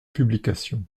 publication